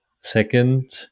second